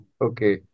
Okay